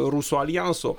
rusų aljanso